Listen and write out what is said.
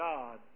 God